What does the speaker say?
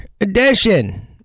edition